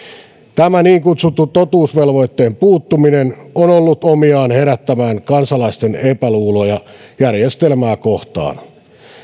tämän niin kutsutun totuusvelvoitteen puuttuminen on ollut omiaan herättämään kansalaisten epäluuloja järjestelmää kohtaan